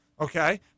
okay